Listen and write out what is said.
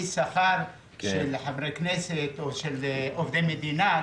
שכר של חברי הכנסת או של עובדי המדינה.